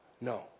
No